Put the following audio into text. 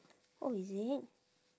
oh is it